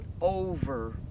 over